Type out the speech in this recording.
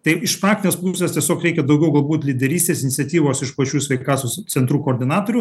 tai iš praktinės pusės tiesiog reikia daugiau galbūt lyderystės iniciatyvos iš pačių sveikatos centrų koordinatorių